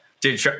dude